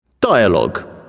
Dialogue